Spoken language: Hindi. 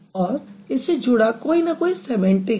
और इससे जुड़ा कोई न कोई सैमेंटिक है